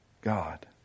God